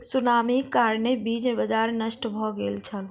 सुनामीक कारणेँ बीज बाजार नष्ट भ गेल छल